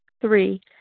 Three